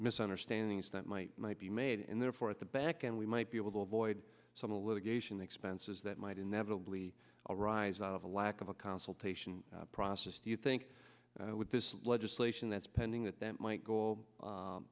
misunderstandings that might might be made and therefore at the back end we might be able to avoid some of the litigation expenses that might inevitably arise out of a lack of a consultation process do you think with this legislation that's pending that that might go